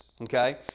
okay